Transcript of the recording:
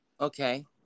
Okay